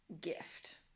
gift